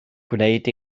gwneud